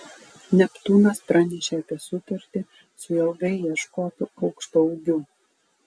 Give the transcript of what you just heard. neptūnas pranešė apie sutartį su ilgai ieškotu aukštaūgiu